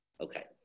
Okay